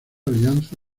alianza